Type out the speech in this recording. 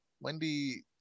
Wendy